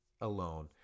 alone